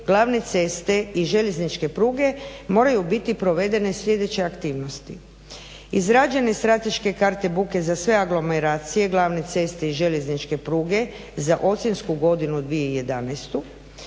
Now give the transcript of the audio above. glavne ceste i željezničke pruge moraju biti provedene sljedeće aktivnosti: izrađene strateške karte buke za sve aglomeracije, glavne ceste i željezničke pruge za ocjensku godinu 2011.,